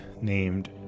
named